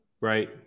right